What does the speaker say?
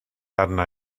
arna